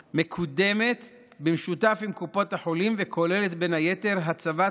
מקודמת במשותף עם קופות החולים וכוללת בין היתר הצבת